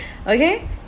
Okay